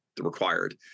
required